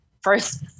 First